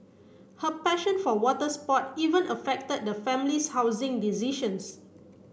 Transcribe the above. her passion for water sports even affected the family's housing decisions